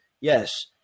yes